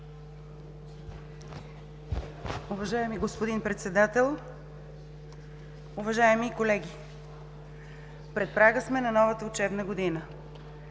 Уважаеми господин председател, уважаеми колеги! Пред прага сме на новата учебна година.